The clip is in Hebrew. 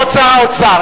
כבוד שר האוצר,